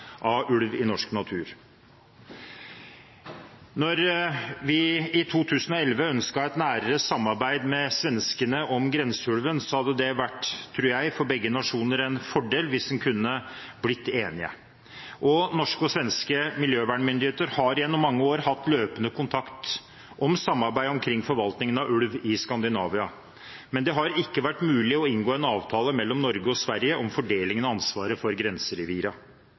av ulv i norsk natur. Da vi i 2011 ønsket et nærere samarbeid med svenskene om grenseulven, hadde det for begge nasjoner – tror jeg – vært en fordel hvis en kunne blitt enig. Norske og svenske miljøvernmyndigheter har gjennom mange år hatt løpende kontakt og samarbeid om forvaltningen av ulv i Skandinavia, men det har ikke vært mulig å inngå en avtale mellom Norge og Sverige om fordelingen av ansvaret for